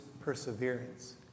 perseverance